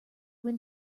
when